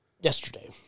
Yesterday